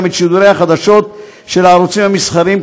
את שידורי החדשות של הערוצים המסחריים,